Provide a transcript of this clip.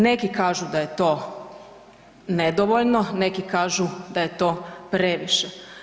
Neki kažu da je to nedovoljno, neki kažu da je to previše.